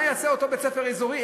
מה יעשה אותו בית-ספר אזורי?